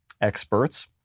experts